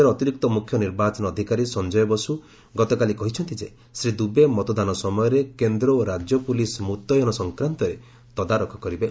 ରାଜ୍ୟର ଅତିରିକ୍ତ ମୁଖ୍ୟ ନିର୍ବାଚନ ଅଧିକାରୀ ସଂଜୟ ବସ୍କ ଗତକାଲି କହିଛନ୍ତି ଯେ ଶ୍ରୀ ଦୁବେ ମତଦାନ ସମୟରେ କେନ୍ଦ୍ର ଓ ରାଜ୍ୟ ପୁଲିସ୍ ମୁତୟନ ସଂକ୍ରାନ୍ତରେ ତଦାରଖ କରିବେ